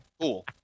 Cool